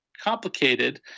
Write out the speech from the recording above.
complicated